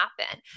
happen